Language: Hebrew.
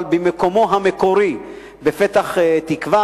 אבל במקומו המקורי בפתח-תקווה,